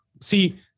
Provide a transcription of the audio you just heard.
see